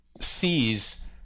sees